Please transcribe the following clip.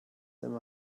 them